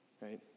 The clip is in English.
right